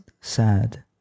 sad